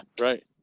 right